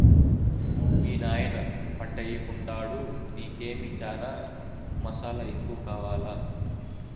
మీ నాయన పంటయ్యెకుండాడు నీకేమో చనా మసాలా ఎక్కువ కావాలా